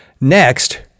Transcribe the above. next